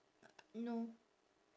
no